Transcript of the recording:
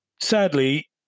sadly